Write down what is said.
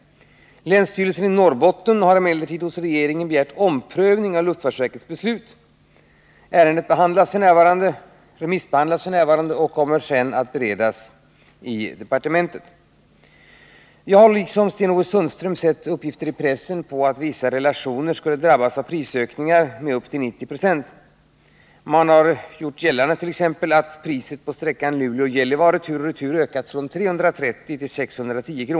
Länsstyrelsen i Norrbottens län har emellertid hos regeringen begärt omprövning av luftfartsverkets beslut. Ärendet remissbehandlas f. n. och kommer därefter att beredas i regeringskansliet. Jag har liksom Sten-Ove Sundström sett pressuppgifter på att vissa relationer skulle drabbas av prisökningar med upp till 90 96. Man har t.ex. gjort gällande att priset på sträckan Luleå-Gällivare tur och retur ökat från 330 kr. till 610 kr.